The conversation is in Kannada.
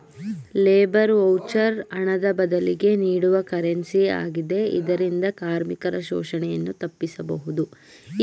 ಲೇಬರ್ ವೌಚರ್ ಹಣದ ಬದಲಿಗೆ ನೀಡುವ ಕರೆನ್ಸಿ ಆಗಿದೆ ಇದರಿಂದ ಕಾರ್ಮಿಕರ ಶೋಷಣೆಯನ್ನು ತಪ್ಪಿಸಬಹುದು